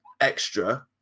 extra